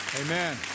Amen